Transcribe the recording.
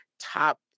top